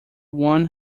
won